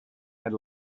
had